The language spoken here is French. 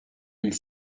mille